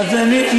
זה לגיטימי?